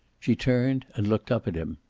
she turned and looked up at him.